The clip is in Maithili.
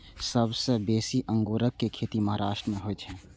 सबसं बेसी अंगूरक खेती महाराष्ट्र मे होइ छै